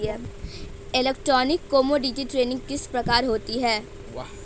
Electronic commodity trading किस प्रकार होती है?